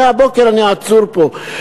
מהבוקר אני עצור פה.